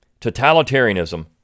totalitarianism